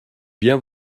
bien